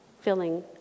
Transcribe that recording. filling